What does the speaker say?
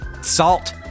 salt